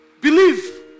believe